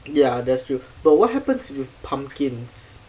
ya that's true but what happens with pumpkins